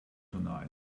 tonight